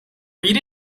read